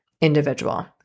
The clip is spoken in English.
individual